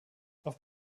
auf